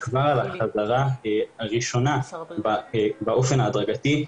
כבר החזרה הראשונה באופן ההדרגתי,